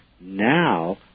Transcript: now